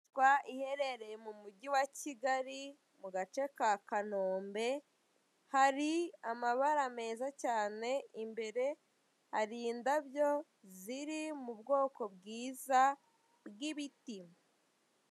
Iherereye mu mujyi wa Kigali iherereye mu gace ka kanombe, hari amabara meza cyane, imbere hari indabyo ziri mu bwoko bwiza bw'ibiti.